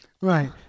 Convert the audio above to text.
Right